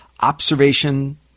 observation